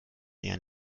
eher